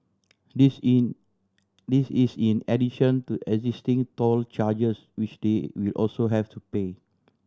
this in this is in addition to existing toll charges which they will also have to pay